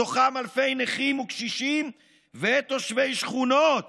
בתוכם אלפי נכים וקשישים ותושבי שכונות